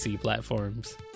platforms